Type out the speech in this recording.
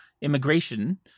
immigration